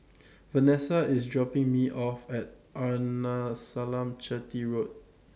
Vanessa IS dropping Me off At Arnasalam Chetty Road